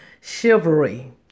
Chivalry